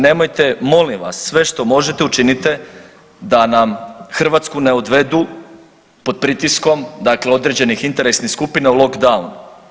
Nemojte molim vas, sve što možete učinite da nam Hrvatsku ne odvedu pod pritiskom dakle određenih interesnih skupina u lock down.